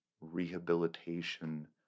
rehabilitation